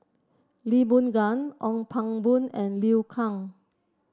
Lee Boon Ngan Ong Pang Boon and Liu Kang